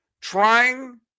Trying